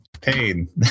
pain